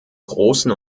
großen